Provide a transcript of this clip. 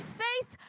faith